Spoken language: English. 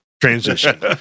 transition